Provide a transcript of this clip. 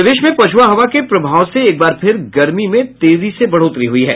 प्रदेश में पछुआ हवा के प्रभाव से एकबार फिर गर्मी में तेजी से बढ़ोतरी हुई है